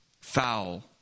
Foul